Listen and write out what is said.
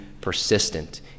persistent